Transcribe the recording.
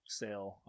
sale